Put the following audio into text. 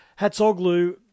Hatsoglu